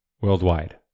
worldwide